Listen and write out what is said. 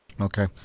Okay